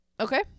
Okay